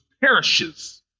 perishes